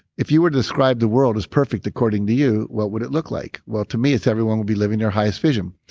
if you were to describe the world as perfect according to you, what would it look like? well to me it's everyone would be living their highest vision.